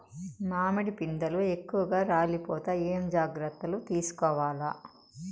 మామిడి పిందెలు ఎక్కువగా రాలిపోతాయి ఏమేం జాగ్రత్తలు తీసుకోవల్ల?